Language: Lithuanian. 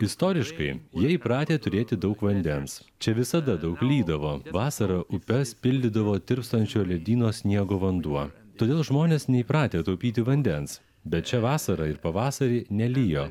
istoriškai jie įpratę turėti daug vandens čia visada daug lydavo vasarą upes pildydavo tirpstančio ledyno sniego vanduo todėl žmonės neįpratę taupyti vandens bet šią vasarą ir pavasarį nelijo